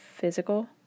Physical